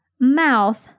mouth